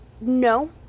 No